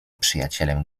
przyjacielem